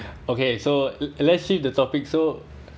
okay so l~ let's shift the topic so